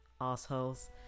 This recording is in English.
assholes